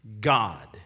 God